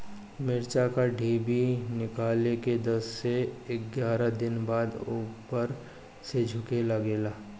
मिरचा क डिभी निकलले के दस से एग्यारह दिन बाद उपर से झुके लागेला?